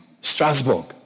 Strasbourg